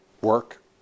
work